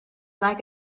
like